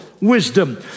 wisdom